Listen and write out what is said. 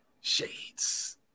shades